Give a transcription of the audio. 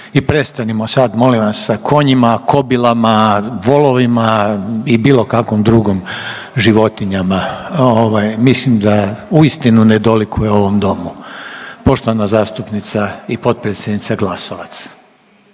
i prestanimo sad molim vas sa konjima, kobilama, volovima i bilo kakvom drugom životinjama. Mislim da uistinu ne dolikuje ovom Domu. Poštovana zastupnica i potpredsjednica Glasovac